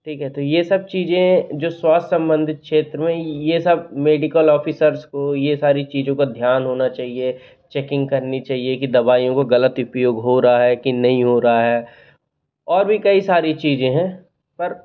ठीक है तो ये सब चीज़ें जो स्वास्थ्य संबंधित क्षेत्र में ये सब मेडिकल ऑफिसर्स को ये सारी चीज़ों का ध्यान होना चाहिए चेकिंग करनी चाहिए कि दवाइयों का ग़लत उपयोग हो रहा है कि नहीं हो रहा है और भी कई सारी चीज़ हैं पर